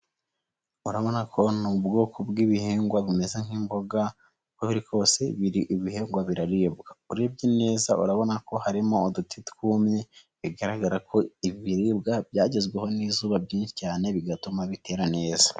Urabona koko bw'ibihingwa bumeze nk'imboga, uko biri kose ibihingwa birabwa, urebye neza urabona ko harimo uduti twumye, bigaragara ko ibi ibiribwa byagezweho n'izuba ryinshi cyane bigatuma bitera neza.